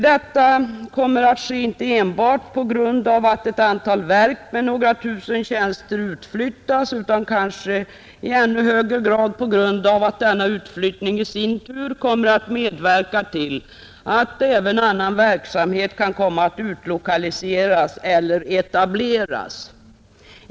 Detta kommer inte att ske enbart på grund av att ett antal verk med några tusen tjänster utflyttas utan kanske i ännu högre grad på grund av att denna utflyttning i sin tur medverkar till att även annan verksamhet kan komma att utlokaliseras eller etableras.